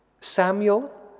Samuel